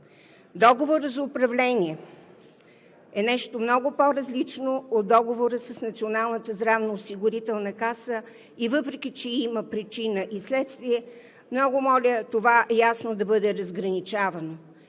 договорът за управление е нещо много по-различно от договора с Националната здравноосигурителна каса и въпреки че има причина и следствие, много моля това ясно да бъде разграничавано.